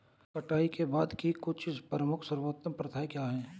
कटाई के बाद की कुछ प्रमुख सर्वोत्तम प्रथाएं क्या हैं?